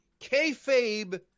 kayfabe